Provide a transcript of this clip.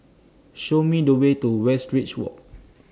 Show Me The Way to Westridge Walk